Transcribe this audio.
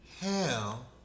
Hell